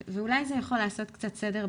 אולי זה יכול לעשות קצת סדר בצרכים.